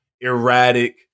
erratic